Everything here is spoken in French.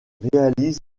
réalise